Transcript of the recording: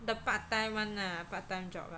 the part time [one] ah part time job